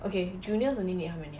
okay juniors only need how many ah